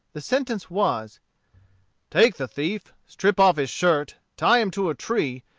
the sentence was take the thief, strip off his shirt, tie him to a tree,